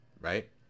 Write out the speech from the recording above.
Right